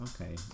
Okay